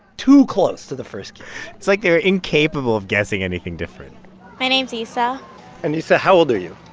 too close to the first kid's it's like they were incapable of guessing anything different my name's esa and, esa, how old are you?